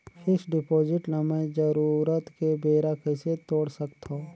Fixed deposit ल मैं जरूरत के बेरा कइसे तोड़ सकथव?